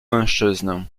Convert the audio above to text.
mężczyznę